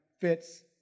fits